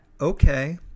okay